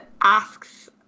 asks